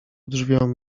drzwiom